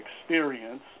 experience